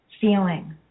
feeling